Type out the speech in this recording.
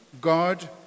God